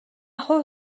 хувь